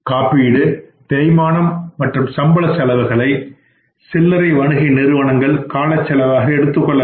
காப்பீடு தேய்மானம் மற்றும் சம்பள செலவுகளை சில்லறை வணிக நிறுவனங்கள் காலச் செலவாக எடுத்துக்கொள்ள வேண்டும்